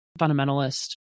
fundamentalist